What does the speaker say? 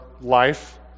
life